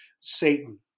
Satan